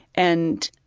and